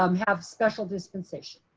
um have special dispensation.